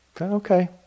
Okay